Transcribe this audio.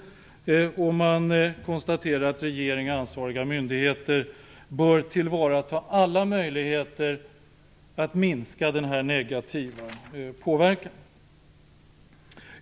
Man konstaterar att regering och ansvariga myndigheter bör tillvarata alla möjligheter att minska denna negativa påverkan.